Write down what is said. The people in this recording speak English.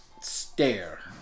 stare